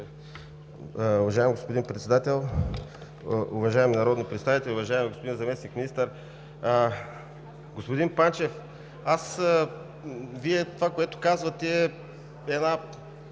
Уважаеми господин Председател, уважаеми народни представители, уважаеми господин Заместник-министър! Господин Панчев, това, което казвате, е една